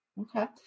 okay